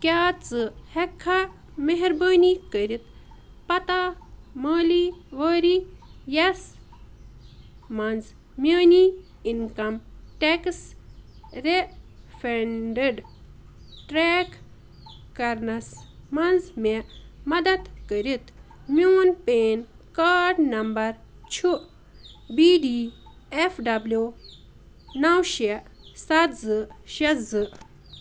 کیٛاہ ژٕ ہٮ۪کہٕ کھا مہربٲنی کٔرِتھ پتَہ مٲلی ؤری یَس منٛز میٛٲنی اِنکَم ٹٮ۪کٕس رِفٮ۪نٛڈٕڈ ٹرٛیک کَرنَس منٛز مےٚ مدتھ کٔرِتھ میون پین کارڈ نمبر چھُ بی ڈی اٮ۪ف ڈبلیو نَو شےٚ سَتھ زٕ شےٚ زٕ